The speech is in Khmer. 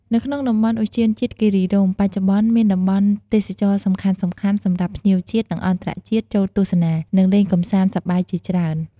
នៅក្នុងតំបន់ឧទ្យានជាតិគិរីរម្យ បច្ចុប្បន្នមានតំបន់ទេសចរណ៍សំខាន់ៗ សម្រាប់ភ្ញៀវជាតិ និងអន្តរជាតិចូលទស្សនា និងលេងកម្សាន្តសប្បាយជាច្រើន។